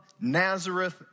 Nazareth